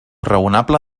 raonable